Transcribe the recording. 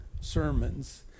sermons